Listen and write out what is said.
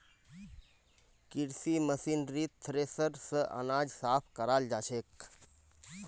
कृषि मशीनरीत थ्रेसर स अनाज साफ कराल जाछेक